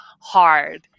hard